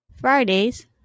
fridays